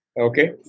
Okay